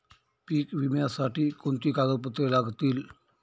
पीक विम्यासाठी कोणती कागदपत्रे लागतील?